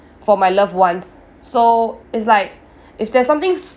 for my loved ones so it's like if there's some things